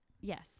Yes